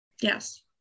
Yes